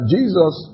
Jesus